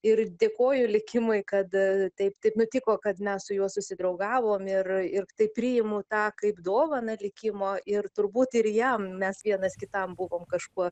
ir dėkoju likimui kad taip taip nutiko kad mes su juo susidraugavom ir ir tai priimu tą kaip dovaną likimo ir turbūt ir jam mes vienas kitam buvom kažkuo